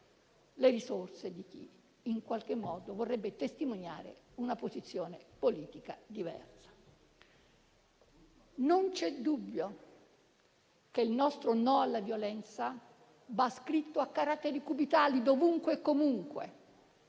le risorse di chi vorrebbe testimoniare una posizione politica diversa. È indubbio che il nostro no alla violenza vada scritto a caratteri cubitali dovunque e comunque,